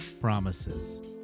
promises